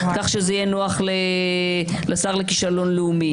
כך שזה יהיה נוח לשר לכישלון לאומי,